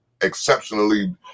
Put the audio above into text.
exceptionally